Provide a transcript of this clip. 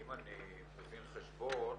אם אני מבין חשבון